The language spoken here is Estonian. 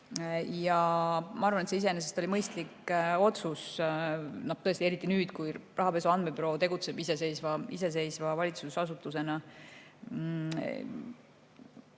Ja ma arvan, et see iseenesest oli mõistlik otsus. Tõesti, eriti nüüd, kui Rahapesu Andmebüroo tegutseb iseseisva valitsusasutusena. Üldiselt